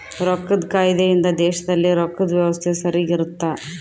ರೊಕ್ಕದ್ ಕಾಯ್ದೆ ಇಂದ ದೇಶದಲ್ಲಿ ರೊಕ್ಕದ್ ವ್ಯವಸ್ತೆ ಸರಿಗ ಇರುತ್ತ